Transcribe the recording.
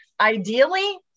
ideally